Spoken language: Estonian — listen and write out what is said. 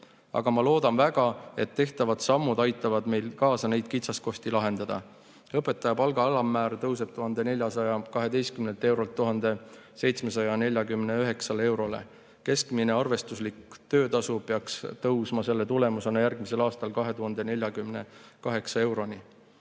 Aga ma loodan väga, et tehtavad sammud aitavad meil neid kitsaskohti lahendada. Õpetaja palga alammäär tõuseb 1412 eurolt 1749 eurole. Keskmine arvestuslik töötasu peaks tõusma selle tulemusena järgmisel aastal 2048 euroni.